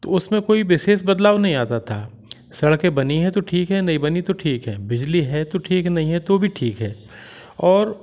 तो उसमें कोई विशेष बदलाव नहीं आता था सड़कें बनी है तो ठीक है नहीं बनी है तो ठीक है बिजली है तो ठीक है नहीं है तो भी ठीक है और